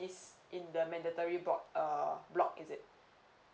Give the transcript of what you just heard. is in the mandatory uh block is it